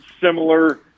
similar